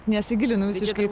nesigilinau visiškai